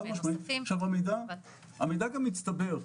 המידע הזה מצטבר.